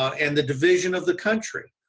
and, the division of the country.